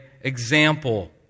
example